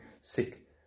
sick